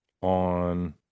on